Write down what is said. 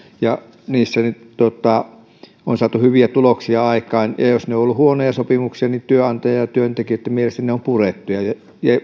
ja niissä on saatu hyviä tuloksia aikaan ja jos ne ovat olleet huonoja sopimuksia työnantajan ja työntekijöitten mielestä niin ne on purettu ja ja